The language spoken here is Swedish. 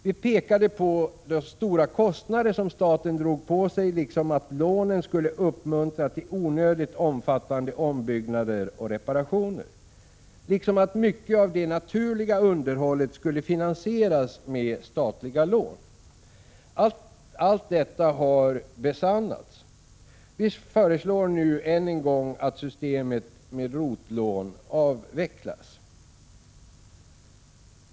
Vi pekade på de stora kostnader som staten drog på sig liksom på att lånen skulle uppmuntra till onödigt omfattande ombyggnader och reparationer, samt att mycket av det naturliga underhållet skulle finansieras med statliga lån. Allt detta har besannats. Vi föreslår nu än en gång att systemet med ROT-lån avvecklas.